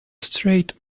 straight